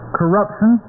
corruption